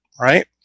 right